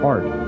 Art